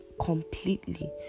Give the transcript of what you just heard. completely